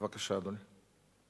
בבקשה, אדוני.